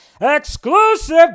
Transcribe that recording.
exclusive